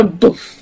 boof